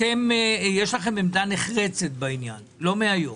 יש לכם עמדה נחרצת בעניין, לא מהיום.